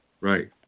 Right